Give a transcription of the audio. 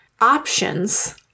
options